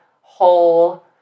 whole